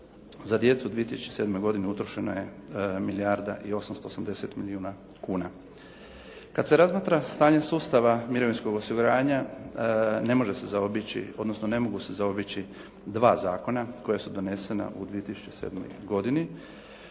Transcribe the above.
za djecu u 2007. godini utrošeno je milijarda i 880 milijuna kuna. Kad se razmatra stanje sustava mirovinskog osiguranja ne može se zaobići odnosno ne mogu se zaobići dva zakona koja su donesena u 2007. godini